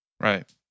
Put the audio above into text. right